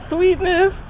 Sweetness